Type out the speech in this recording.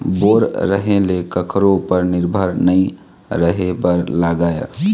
bore रहें ले कखरो उपर निरभर नइ रहे बर लागय